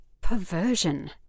perversion